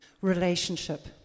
relationship